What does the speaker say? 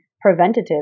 preventative